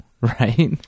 right